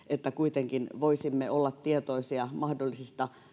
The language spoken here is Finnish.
että kuitenkin voisimme olla tietoisia mahdollisista